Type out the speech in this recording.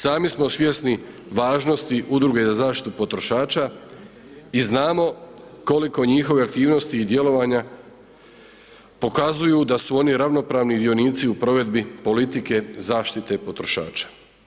Sami smo svjesni važnosti udruge za zaštitu potrošača i znamo koliko njihove aktivnosti i djelovanja, pokazuju da su oni ravnopravni dionici u provedbi politike zaštite potrošača.